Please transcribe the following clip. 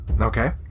Okay